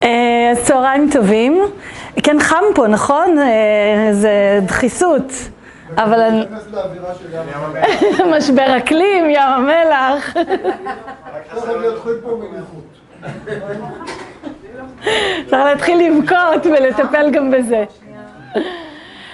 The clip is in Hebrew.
צהריים טובים, כן חם פה נכון? זו דחיסות, אבל אני זה משבר אקלים ים המלח צריך להתחיל לבכות ולטפל גם בזה